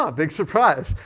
ah big surprise.